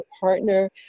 partner